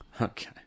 okay